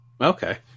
Okay